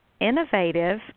innovative